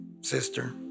sister